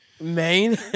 Main